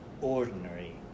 ordinary